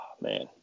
man